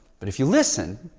but if you listen,